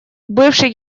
бывший